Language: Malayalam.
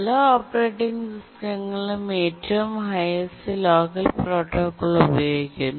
പല ഓപ്പറേറ്റിംഗ് സിസ്റ്റങ്ങളിലും ഏറ്റവും ഹൈഎസ്റ് ലോക്കർ പ്രോട്ടോക്കോൾ ഉപയോഗിക്കുന്നു